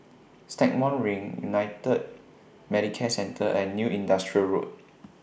Stagmont Ring United Medicare Centre and New Industrial Road